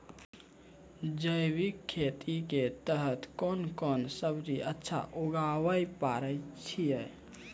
जैविक खेती के तहत कोंन कोंन सब्जी अच्छा उगावय पारे छिय?